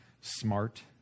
smart